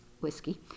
whiskey